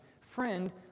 friend